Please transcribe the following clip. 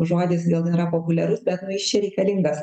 žodis gal yra populiarus bet jis čia reikalingas